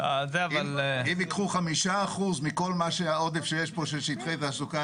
אם ייקחו 5% מכל מהעודף שיש פה של שטחי תעסוקה,